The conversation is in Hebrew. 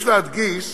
יש להדגיש